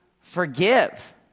forgive